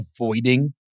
avoiding